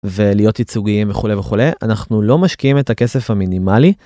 ולהיות יצוגיים וכולי וכולי, אנחנו לא משקיעים את הכסף המינימלי.